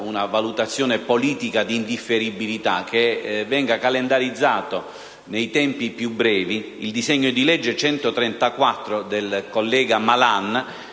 una valutazione politica di indifferibilità, che venga calendarizzato nei tempi più brevi il disegno di legge n. 134 del collega Malan,